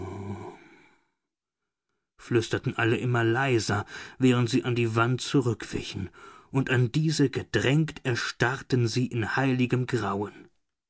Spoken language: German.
flüsterten alle immer leiser während sie an die wand zurückwichen und an diese gedrängt erstarrten sie in heiligem grauen